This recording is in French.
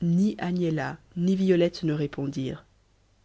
ni agnella ni violette ne répondirent